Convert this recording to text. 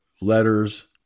letters